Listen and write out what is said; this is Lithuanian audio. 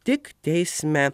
tik teisme